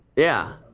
yeah.